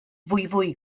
fwyfwy